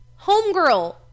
homegirl